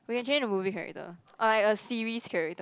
you can change to movie character or like a series character